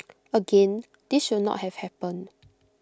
again this should not have happened